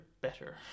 better